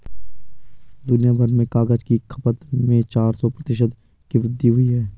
दुनियाभर में कागज की खपत में चार सौ प्रतिशत की वृद्धि हुई है